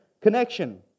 connection